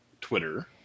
Twitter